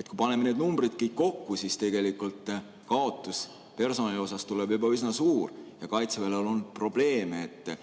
Kui paneme need numbrid kõik kokku, siis tegelikult kaotus personali seas tuleb juba üsna suur. Kaitseväel on olnud probleeme, et